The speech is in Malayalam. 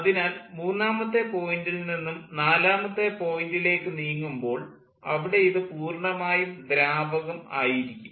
അതിനാൽ മൂന്നാമത്തെ പോയിൻ്റിൽ നിന്നും നാലാമത്തെ പോയിൻ്റിലേക്കു നീങ്ങുമ്പോൾ അവിടെ ഇത് പൂർണ്ണമായും ദ്രാവകം ആയിരിക്കും